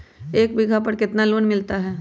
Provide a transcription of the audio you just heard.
एक बीघा पर कितना लोन मिलता है?